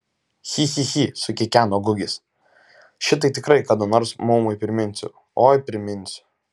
chi chi chi sukikeno gugis šitai tikrai kada nors maumui priminsiu oi priminsiu